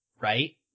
right